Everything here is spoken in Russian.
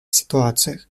ситуациях